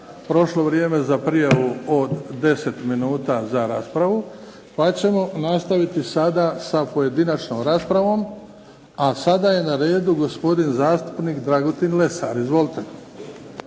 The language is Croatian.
prošlo vrijeme za prijavu od deset minuta za raspravu, pa ćemo nastaviti sa pojedinačnom raspravom. Sada je na redu gospodin zastupnik Dragutin Lesar. Izvolite.